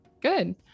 Good